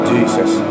Jesus